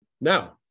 now